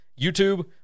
YouTube